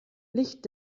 licht